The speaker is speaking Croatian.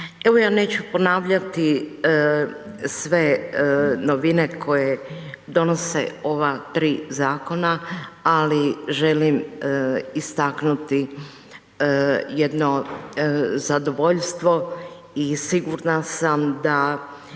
Evo ja neću ponavljati sve novine koje donose ova tri zakona ali želim istaknuti jedno zadovoljstvo i sigurna sam da